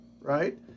right